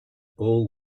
all